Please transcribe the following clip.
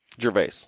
Gervais